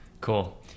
cool